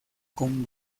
con